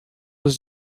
was